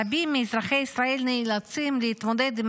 רבים מאזרחי ישראל נאלצים להתמודד עם